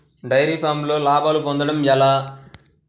Dairy ఫామ్లో లాభాలు పొందడం ఎలా?